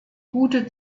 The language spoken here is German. gute